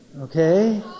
Okay